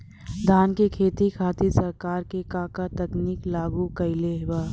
धान क खेती खातिर सरकार का का तकनीक लागू कईले बा?